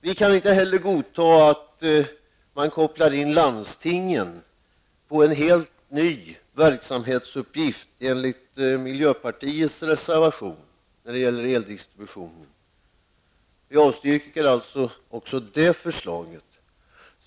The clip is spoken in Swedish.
Vi kan inte heller godta att man kopplar in landstingen på ett helt nytt verksamhetsområde enligt miljöpartiets reservation när det gäller eldistribution. Vi avstyrker även det förslaget.